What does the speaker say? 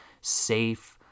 safe